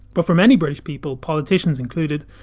but for many british people, politicians included,